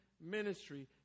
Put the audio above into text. ministry—